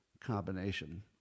combination